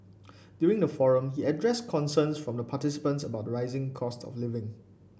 during the forum he addressed concerns from participants about the rising cost of living